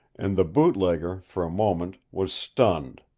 and the bootlegger, for a moment, was stunned,